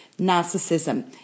narcissism